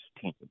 team